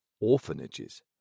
orphanages